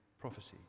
prophecy